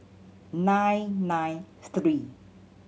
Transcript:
nine nine three